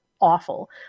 awful